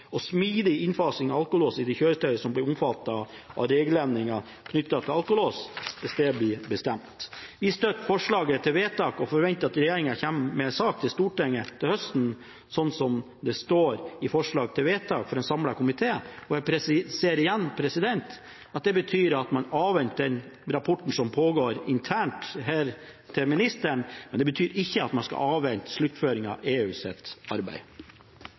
og smidig innfasing av alkolås i de kjøretøy som blir omfattet av regelendringen knyttet til alkolås, hvis det blir bestemt. Vi støtter forslaget til vedtak og forventer at regjeringen kommer med en sak til Stortinget til høsten, slik det står i forslag til vedtak fra en samlet komité. Jeg presiserer igjen at det betyr at man avventer den rapporten som pågår internt, hos ministeren, men det betyr ikke at man skal avvente sluttføringen av EUs arbeid.